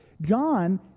John